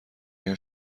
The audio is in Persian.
این